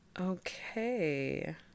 okay